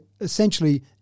essentially